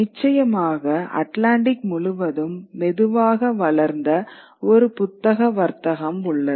நிச்சயமாக அட்லாண்டிக் முழுவதும் மெதுவாக வளர்ந்த ஒரு புத்தக வர்த்தகம் உள்ளது